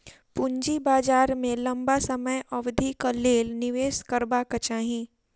पूंजी बाजार में लम्बा समय अवधिक लेल निवेश करबाक चाही